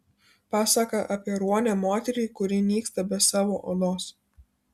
pasaka apie ruonę moterį kuri nyksta be savo odos